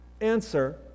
Answer